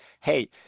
hey